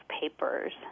papers